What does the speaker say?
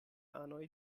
anoj